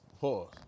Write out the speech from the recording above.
Pause